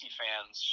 fans